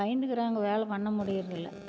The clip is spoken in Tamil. பயந்துக்கிறாங்கோ வேலை பண்ண முடிகிறதில்ல